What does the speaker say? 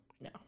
No